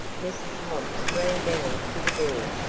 mrs. hobbs ran down to the door,